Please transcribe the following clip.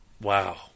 Wow